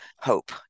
Hope